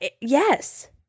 Yes